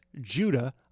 Judah